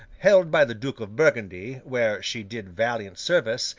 held by the duke of burgundy, where she did valiant service,